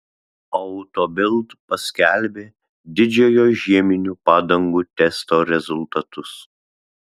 auto bild paskelbė didžiojo žieminių padangų testo rezultatus